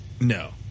No